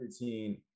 routine